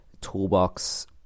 toolbox